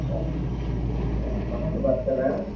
اچھا کہاں سے بات کر رہے ہیں آپ